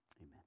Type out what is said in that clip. amen